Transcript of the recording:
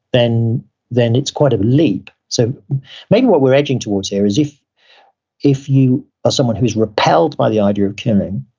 then then it's quite a leap. so maybe what we're edging towards here is if if you are someone who is repelled by the idea of killing,